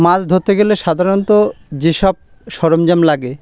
মাছ ধরতে গেলে সাধারণত যেসব সরঞ্জাম লাগে